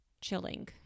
chilling